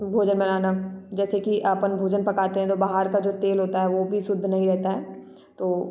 भोजन बनाना जैसे कि अपन भोजन पकातें हैं तो बाहर का जो तेल होता है वो भी शुद्ध नहीं रहता है तो